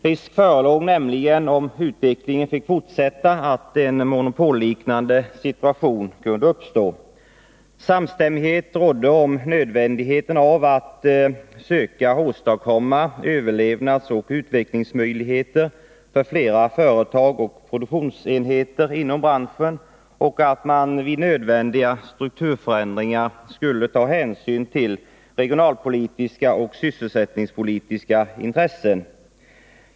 Risk förelåg nämligen, om utvecklingen fick fortsätta, att en monopolliknande situation kunde uppstå. Samstämmighet rådde om nödvändigheten av att söka åstadkomma överlevnadsoch utvecklingsmöjligheter för flera företag och produktionsenheter inom branschen och om att man vid nödvändiga strukturförändringar skulle ta hänsyn till regionalpolitiska och sysselsättningspolitiska intressen.